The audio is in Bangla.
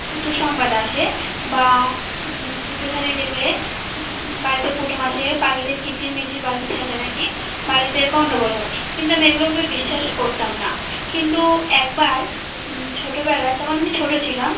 দুঃসংবাদ আসে বা দুটো শালিখ দেখলে বাড়িতে কুটুম আসে পাখিদের কিচিরমিচির বাড়িতে থাকলে নাাকি বাড়িতে গণ্ডগোল হয় কিন্তু আমি এগুলোকে বিশ্বাস করতাম না কিন্তু একবার ছোটবেলায় তখন আমি ছোট ছিলাম